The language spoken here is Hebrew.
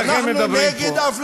שניכם מדברים פה,